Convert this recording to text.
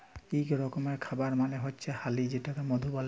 ইক রকমের খাবার মালে হচ্যে হালি যেটাকে মধু ব্যলে